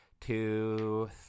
two